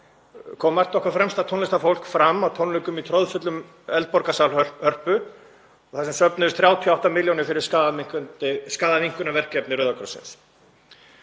kom margt okkar fremsta tónlistarfólk fram á tónleikum í troðfullum Eldborgarsal Hörpu þar sem söfnuðust 38 milljónir fyrir skaðaminnkunarverkefni Rauða krossins.